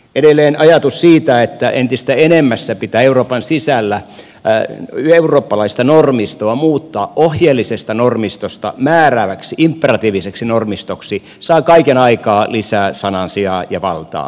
edelleen ajatus siitä että entistä enemmän pitää euroopan sisällä eurooppalaista normistoa muuttaa ohjeellisesta normistosta määrääväksi imperatiiviseksi normistoksi saa kaiken aikaa lisää sanansijaa ja valtaa